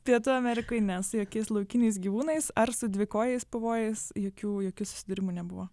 pietų amerikoj ne su jokiais laukiniais gyvūnais ar su dvikojais pavojais jokių jokių susidūrimų nebuvo